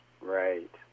Right